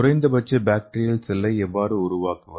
குறைந்தபட்ச பாக்டீரியா செல்லை எவ்வாறு உருவாக்குவது